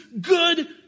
good